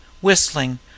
whistling